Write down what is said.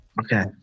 Okay